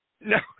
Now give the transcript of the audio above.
No